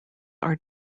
are